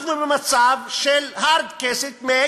אנחנו במצב של Hard cases make